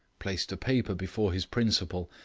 placed a paper before his principal,